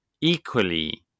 Equally